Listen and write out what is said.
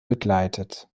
begleitet